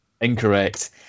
incorrect